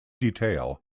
detail